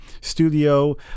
studio